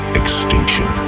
extinction